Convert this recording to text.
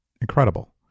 incredible